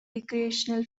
recreational